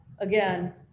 Again